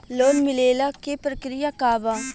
Loan मिलेला के प्रक्रिया का बा?